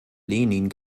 lenin